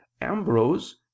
Ambrose